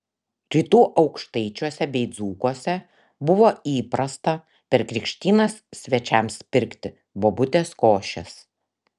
rytų aukštaičiuose bei dzūkuose buvo įprasta per krikštynas svečiams pirkti bobutės košės